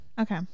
Okay